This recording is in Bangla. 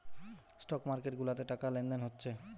স্টক মার্কেট গুলাতে টাকা লেনদেন হচ্ছে